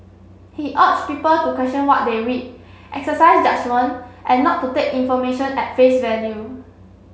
he urge people to question what they read exercise judgement and not to take information at face value